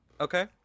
okay